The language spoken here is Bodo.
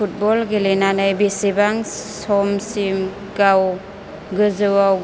फुटबल गेलेनानै बेसेबां समसिम गाव गोजौआव